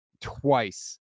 twice